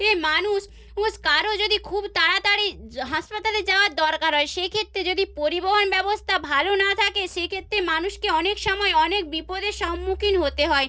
এ মানুষ উষ কারও যদি খুব তাড়াতাড়ি য্ হাসপাতালে যাওয়ার দরকার হয় সেক্ষেত্রে যদি পরিবহণ ব্যবস্থা ভালো না থাকে সেই ক্ষেত্রে মানুষকে অনেক সময় অনেক বিপদের সম্মুখীন হতে হয়